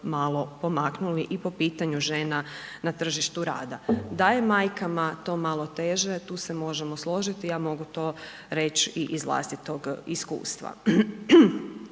malo pomaknuli i po pitanju žena na tržištu rada. Da je majkama to malo teže, tu se možemo složiti, ja mogu to reć i iz vlastitog iskustva.